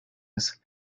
ist